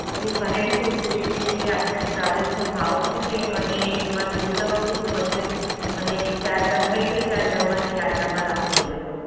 મારે એમ પૂછવું છે કે જે આપણે ટ્રાવેલ્સનો ભાવ શું છે અને એમાં સુવિધાઓ શું શું મળશે અને ચાર ધામ કઈ ચાર ધામ યાત્રામાં આપ લઈ જશો